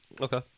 Okay